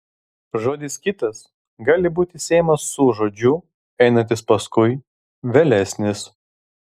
žodis kitas gali būti siejamas su žodžiu einantis paskui vėlesnis